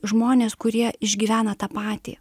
žmonės kurie išgyvena tą patį